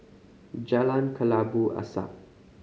Jalan Kelabu Asap